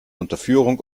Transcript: unterführung